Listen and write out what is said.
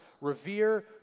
revere